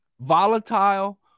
volatile